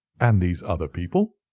and these other people?